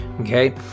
Okay